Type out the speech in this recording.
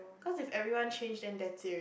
cause if everyone change then that's it